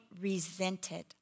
resented